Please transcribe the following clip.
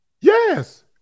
Yes